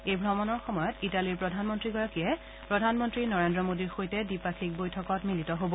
এই ভ্ৰমণৰ সময়ত ইটালীৰ প্ৰধানমন্ত্ৰীগৰাকীয়ে প্ৰধানমন্ত্ৰী নৰেন্দ্ৰ মোডীৰ সৈতে দ্বিপাক্ষিক বৈঠকত মিলিত হ'ব